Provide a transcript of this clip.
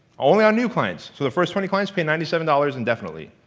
only on new clients. so the first twenty clients pay ninety seven dollars indefinitely.